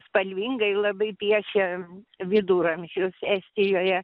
spalvingai labai piešė viduramžius estijoje